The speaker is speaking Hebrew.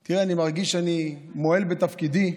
תראי, אני מרגיש שאני מועל בתפקידי.